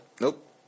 Nope